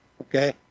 okay